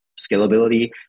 scalability